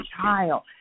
child